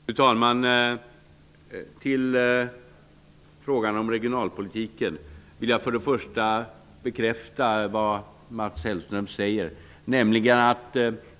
Fru talman! När det gäller regionalpolitiken vill jag bekräfta vad Mats Hellström sade.